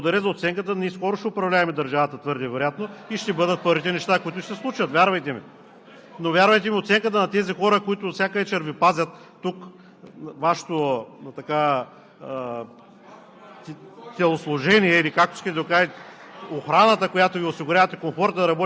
за да не се налага да им правите подаяния всяка година – пък 5%, пък 2%. Аз Ви благодаря за оценката, ние скоро ще управляваме държавата, твърде вероятно (смях от ГЕРБ), и ще бъдат първите неща, които ще се случат, вярвайте ми. Но, вярвайте ми, оценката на тези хора, които всяка вечер Ви пазят тук, Вашето